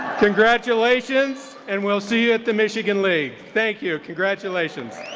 congratulations, and we'll see you at the michigan league. thank you, congratulations.